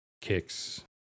kicks